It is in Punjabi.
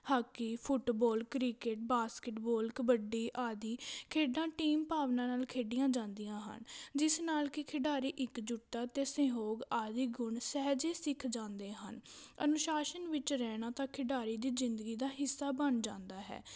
hockey football cricket basketball kabaddi ਆਦਿ ਖੇਡਾਂ ਟੀਮ ਭਾਵਨਾ ਨਾਲ਼ ਖੇਡੀਆਂ ਜਾਂਦੀਆਂ ਹਨ ਜਿਸ ਨਾਲ਼ ਕਿ ਖਿਡਾਰੀ ਇੱਕਜੁੱਟਤਾ ਅਤੇ ਸਹਿਯੋਗ ਆਦਿ ਗੁਣ ਸਹਿਜੇ ਸਿੱਖ ਜਾਂਦੇ ਹਨ ਅਨੁਸ਼ਾਸਨ ਵਿੱਚ ਰਹਿਣਾ ਤਾਂ ਖਿਡਾਰੀ ਦੀ ਜ਼ਿੰਦਗੀ ਦਾ ਹਿੱਸਾ ਬਣ ਜਾਂਦਾ ਹੈ